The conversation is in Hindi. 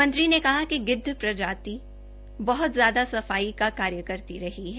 मंत्री ने कहा कि गिद्ध प्रजाती बहत ज्यादा सफाई का कार्य कर रही है